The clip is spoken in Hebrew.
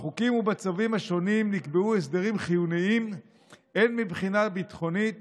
בחוקים ובצווים השונים נקבעו הסדרים חיוניים הן מבחינה ביטחונית